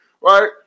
Right